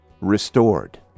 restored